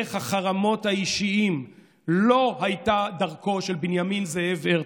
דרך החרמות האישיים לא הייתה דרכו של בנימין זאב הרצל.